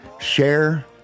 Share